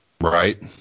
Right